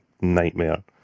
nightmare